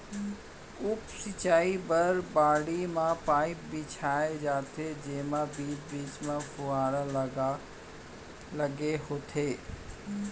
उप सिंचई बर बाड़ी म पाइप बिछाए जाथे जेमा बीच बीच म फुहारा लगे होथे